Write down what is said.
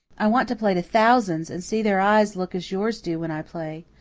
i want to play to thousands and see their eyes look as yours do when i play.